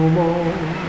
more